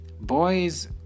boys